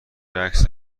رقص